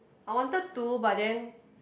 I wanted to but then